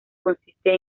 consiste